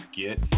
get